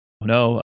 No